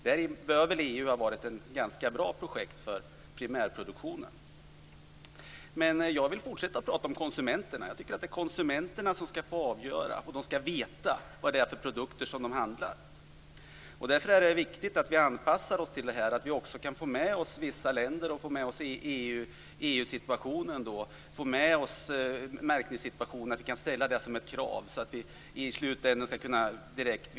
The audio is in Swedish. Därmed bör väl EU har varit ett ganska bra projekt för primärproduktionen. Jag vill fortsätta att prata om konsumenterna. Jag tycker att det är konsumenterna som skall avgöra, och de skall veta, vad det är för produkter de handlar. Därför är det viktigt att vi anpassar oss till detta och kan få med oss vissa länder, och att vi kan få med oss EU-situationen och få med oss märkningssituationen och kan ställa det som ett krav så att vi i slutändan kan veta.